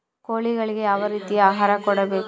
ಕೋಳಿಗಳಿಗೆ ಯಾವ ರೇತಿಯ ಆಹಾರ ಕೊಡಬೇಕು?